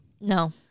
No